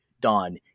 done